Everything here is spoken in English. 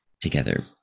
together